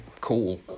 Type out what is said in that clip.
cool